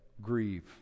grieve